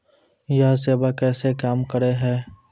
यह सेवा कैसे काम करै है?